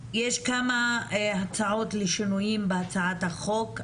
יש כמה הצעות לשינויים בהצעת החוק.